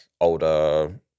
older